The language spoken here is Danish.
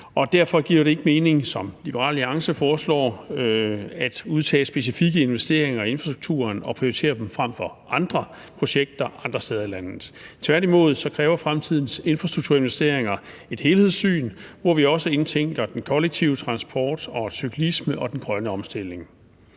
Derfor giver det ikke mening, som Liberal Alliance foreslår, at udtage specifikke investeringer i infrastrukturen og prioritere dem frem for andre projekter andre steder i landet. Tværtimod kræver fremtidens infrastrukturinvesteringer et helhedssyn, hvor vi også indtænker den kollektive transport, cyklisme og den grønne omstilling.